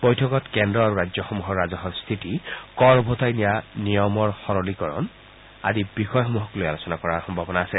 বৈঠকত কেন্দ্ৰ আৰু ৰাজ্যসমূহৰ ৰাজহৰ স্থিতি কৰ ওভোতাই দিয়া নিয়মৰ সৰলীকৰণ কৰা আদি বিষয়সমূহৰ আলোচনা কৰাৰ সম্ভাৱনা আছে